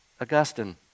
Augustine